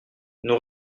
nous